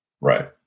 Right